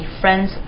friends